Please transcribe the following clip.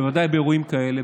בוודאי באירועים כאלה,